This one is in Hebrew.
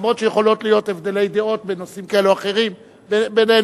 אף-על-פי שיכולים להיות הבדלי דעות בנושאים כאלו או אחרים בינינו,